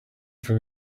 from